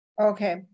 Okay